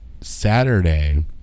Saturday